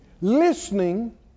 listening